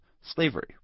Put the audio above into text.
Slavery